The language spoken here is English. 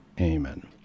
Amen